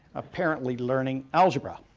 apparently learning algebra.